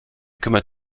kümmert